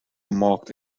marked